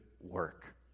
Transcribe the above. work